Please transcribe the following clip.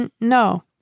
No